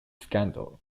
scandal